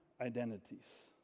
identities